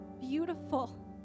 beautiful